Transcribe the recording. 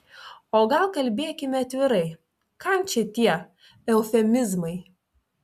o gal kalbėkime atvirai kam čia tie eufemizmai